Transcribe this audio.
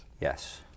Yes